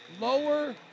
lower